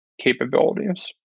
capabilities